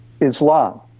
Islam